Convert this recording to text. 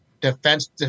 defense